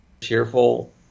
cheerful